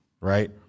right